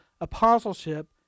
apostleship